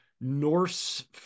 Norse